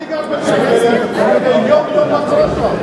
אני גר בפריפריה, ואני יודע יום-יום מה קורה שם.